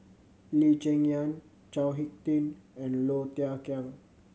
Lee Cheng Yan Chao Hick Tin and Low Thia Khiang